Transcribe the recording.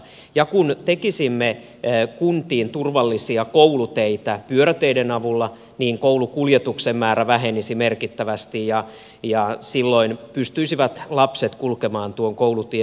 ja kun tekisimme kuntiin turvallisia kouluteitä pyöräteiden avulla niin koulukuljetusten määrä vähenisi merkittävästi ja silloin pystyisivät lapset kulkemaan tuon koulutien